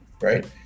right